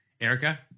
Erica